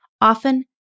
Often